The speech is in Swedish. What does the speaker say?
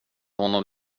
honom